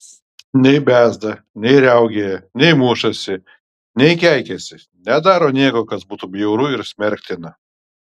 nei bezda nei riaugėja nei mušasi nei keikiasi nedaro nieko kas būtų bjauru ir smerktina